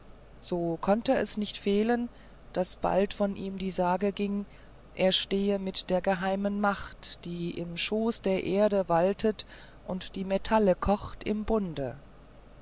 so konnte es nicht fehlen daß bald von ihm die sage ging er stehe mit der geheimen macht die im schoß der erde waltet und die metalle kocht im bunde